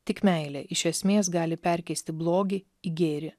tik meilė iš esmės gali perkeisti blogį į gėrį